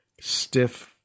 stiff